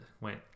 Went